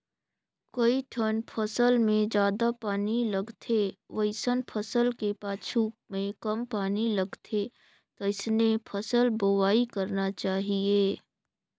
कइठन फसल मे जादा पानी लगथे वइसन फसल के पाछू में कम पानी लगथे तइसने फसल बोवाई करना चाहीये